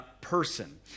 person